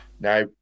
Now